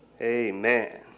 amen